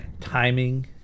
timing